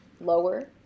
lower